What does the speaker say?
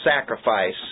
sacrifice